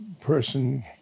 person